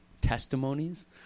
testimonies